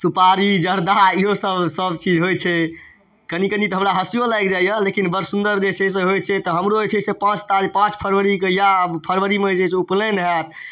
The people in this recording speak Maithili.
सुपारी जर्दा इहोसब सबचीज होइ छै कनि कनि तऽ हमरा हँसिओ लागि जाइए लेकिन बड़ सुन्दर जे छै से होइ छै तऽ हमरो जे छै से पाँच तारीख पाँच फरवरीके इएह फरवरीमे जे छै से उपनैन हैत